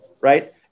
right